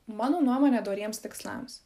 mano nuomone doriems tikslams